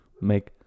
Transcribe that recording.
make